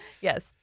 Yes